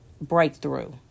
breakthrough